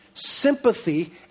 Sympathy